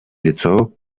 лицо